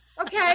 Okay